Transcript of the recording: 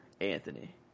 Anthony